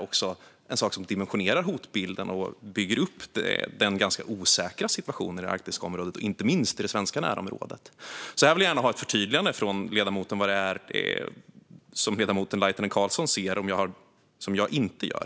Det dimensionerar hotbilden och bygger upp den ganska osäkra situationen i området runt Arktis, inte minst i det svenska närområdet. Jag vill gärna få ett förtydligande från ledamoten Laitinen Carlsson om vad hon ser som jag inte ser.